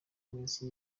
iminsi